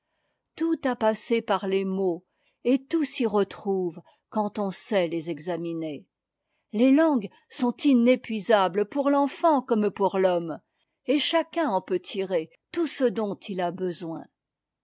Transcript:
tout a passé par les mots et tout s'y retrouve quand on sait les examiner les langues sont inépuisables pour l'entant comme pour l'homme et chacun en peut tirer tout ce dont il a besoin